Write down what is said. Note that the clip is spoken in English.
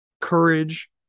courage